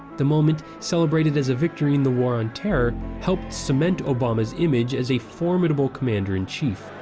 the moment celebrated as a victory in the war on terror helped cement obama's image as a formidable commander-in-chief